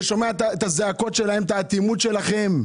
שומע את הזעקות שלהם ואת האטימות שלכם.